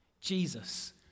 Jesus